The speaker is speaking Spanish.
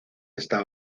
esta